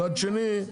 מצד שני,